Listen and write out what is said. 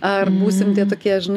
ar būsim tie tokie žinai